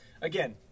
Again